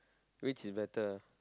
which is better